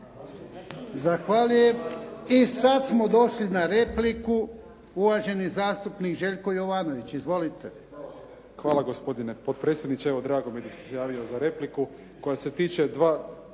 Zahvaljujem. I sad smo došli na repliku, uvaženi zastupnik Željko Jovanović. Izvolite. **Jovanović, Željko (SDP)** Hvala gospodine potpredsjedniče. Evo, drago mi je da sam se javio za repliku koja se tiče dvije